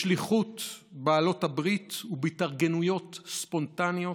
בשליחות בעלות הברית ובהתארגנויות ספונטניות,